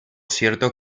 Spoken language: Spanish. cierto